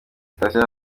sitasiyo